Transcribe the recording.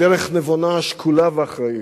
בדרך נבונה, שקולה ואחראית,